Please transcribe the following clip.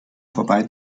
vorbei